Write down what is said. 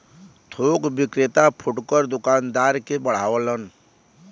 थोक विक्रेता फुटकर दूकानदार के बढ़ावलन